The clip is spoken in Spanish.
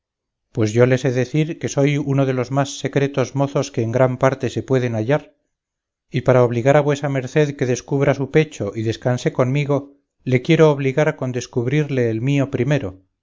pues yo le sé decir que soy uno de los más secretos mozos que en gran parte se puedan hallar y para obligar a vuesa merced que descubra su pecho y descanse conmigo le quiero obligar con descubrirle el mío primero